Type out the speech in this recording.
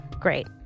Great